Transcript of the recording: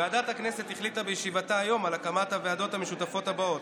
ועדת הכנסת החליטה בישיבתה היום על הקמת הוועדות המשותפות הבאות: